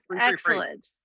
excellent